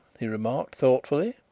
he remarked thoughtfully.